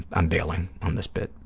i'm bailing on this bit.